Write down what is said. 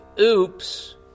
Oops